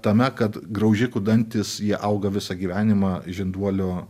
tame kad graužikų dantys jie auga visą gyvenimą žinduolių